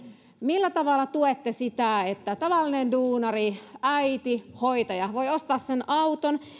millä tavalla tuette sitä että tavallinen duunari äiti tai hoitaja voi ostaa sen auton